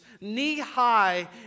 knee-high